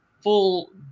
Full